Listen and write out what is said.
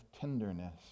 tenderness